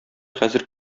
хәзер